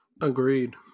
Agreed